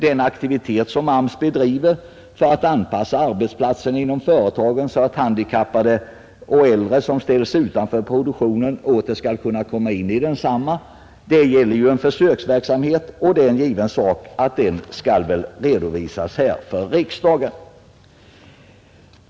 Den aktivitet som AMS bedriver för att anpassa arbetsplatserna inom företagen så att handikappade och äldre som ställts utanför produktionen åter skall kunna komma in i densamma gäller ju en försöksverksamhet, och den skall naturligtvis redovisas för riksdagen.